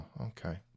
okay